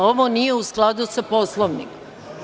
Ovo nije u skladu sa Poslovnikom.